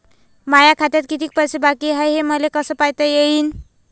माया खात्यात किती पैसे बाकी हाय, हे मले कस पायता येईन?